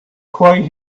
quite